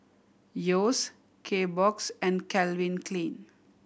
Yeo's Kbox and Calvin Klein